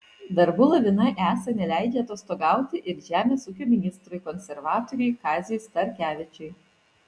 darbų lavina esą neleidžia atostogauti ir žemės ūkio ministrui konservatoriui kaziui starkevičiui